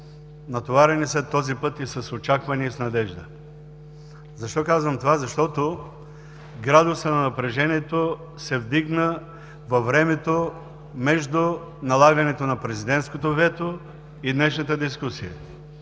натоварени са този път и с очаквания, и с надежда. Защо казвам това? Защото градусът на напрежението се вдигна във времето между налагането на президентското вето и днешната дискусия.